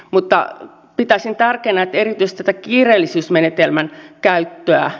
mutta pitäisin tärkeänä erityisesti tätä kiireellisyysmenetelmän käyttöä